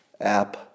app